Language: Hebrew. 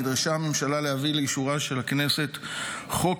נדרשה הממשלה להביא לאישורה של הכנסת חוק